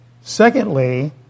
Secondly